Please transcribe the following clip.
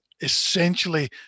essentially